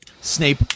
Snape